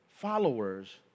Followers